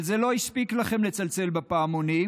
אבל זה לא הספיק לכם לצלצל בפעמונים,